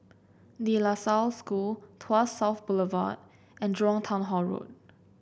De La Salle School Tuas South Boulevard and Jurong Town Hall Road